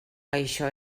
això